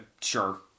Sure